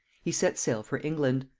he set sail for england.